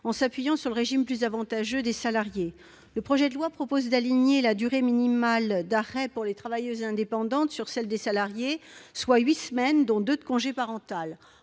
avec celles du régime plus avantageux des salariées. Le projet de loi prévoit d'aligner la durée minimale d'arrêt pour les travailleuses indépendantes sur celle des salariées, soit huit semaines, dont deux de congé prénatal.